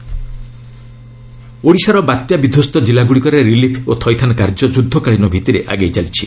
Odisha cyclone ଓଡ଼ିଶାର ବାତ୍ୟା ବିଧ୍ୱସ୍ତ ଜିଲ୍ଲାଗୁଡ଼ିକରେ ରିଲିଫ୍ ଓ ଥଇଥାନ କାର୍ଯ୍ୟ ଯୁଦ୍ଧକାଳୀନ ଭିତ୍ତିରେ ଆଗେଇ ଚାଲିଛି